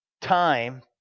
time